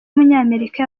w’umunyamerika